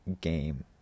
game